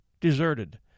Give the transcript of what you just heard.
deserted